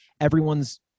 everyone's